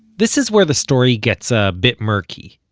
this is where the story gets a bit murky.